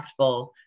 impactful